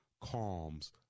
calms